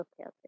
okay